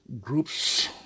groups